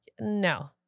no